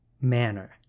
manner